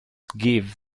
give